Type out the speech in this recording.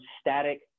static